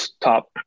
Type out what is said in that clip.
top